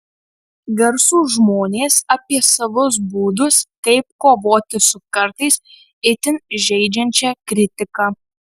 garsūs žmonės apie savus būdus kaip kovoti su kartais itin žeidžiančia kritika